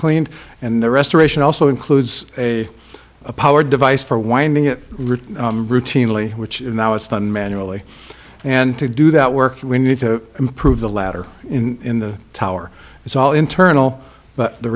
cleaned and the restoration also includes a power device for winding it written routinely which is now it's done manually and to do that work we need to improve the ladder in the tower it's all internal but the